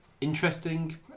Interesting